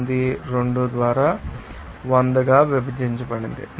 0492 ద్వారా 100 గా విభజించబడింది